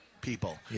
people